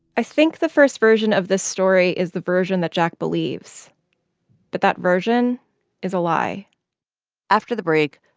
i think the first version of this story is the version that jack believes but that version is a lie after the break,